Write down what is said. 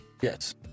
Yes